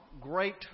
great